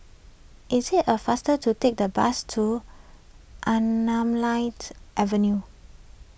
is it a faster to take the bus to Anamalai Avenue